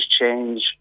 change